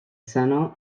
sena